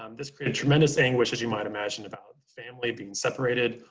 um this created tremendous anguish, as you might imagine, about the family being separated.